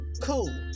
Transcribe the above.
cool